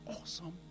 awesome